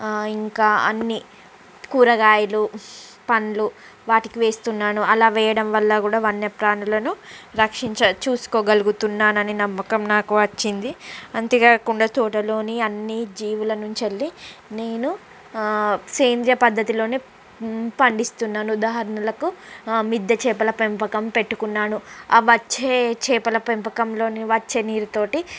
ఇంకా అన్ని కూరగాయలు పండ్లు వాటికి వేస్తున్నాను అలా వేయడం వల్ల కూడా వన్యప్రాణులను రక్షించా చూసుకోగలుగుతున్న అని నమ్మకం నాకు వచ్చింది అంతేకాకుండా తోటలోని అన్ని జీవుల నుంచి వెళ్లి నేను సేంద్రీయ పద్ధతిలోనే పండిస్తున్నాను ఉదాహరణలకు మిద్దె చేపల పెంపకం పెట్టుకున్నాను ఆ వచ్చే చేపల పెంపకంలోని వచ్చే నీరు తోటి